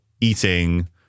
eating